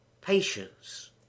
patience